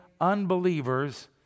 unbelievers